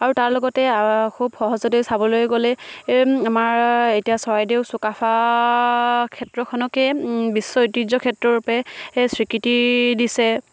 আৰু তাৰ লগতে খুব সহজতে চাবলৈ গ'লে আমাৰ এতিয়া চৰাইদেউ চুকাফা ক্ষেত্ৰখনকে বিশ্ব ঐতিহ্য ক্ষেত্ৰৰূপে সেই স্বীকৃতি দিছে